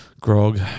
grog